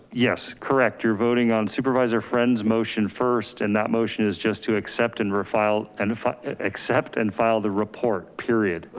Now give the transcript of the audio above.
yes, correct. you're voting on supervisor friend's motion first and that motion is just to accept and refile and accept and file the report period.